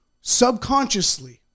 subconsciously